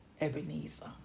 Ebenezer